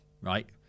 right